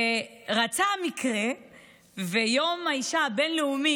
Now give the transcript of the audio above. רצה המקרה ויום האישה הבין-לאומי,